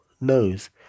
knows